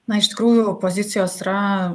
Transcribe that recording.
na iš tikrųjų pozicijos yra